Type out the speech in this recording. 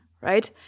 right